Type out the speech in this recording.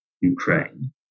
Ukraine